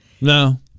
No